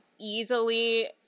easily